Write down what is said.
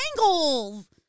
angles